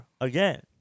again